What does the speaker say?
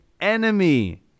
enemy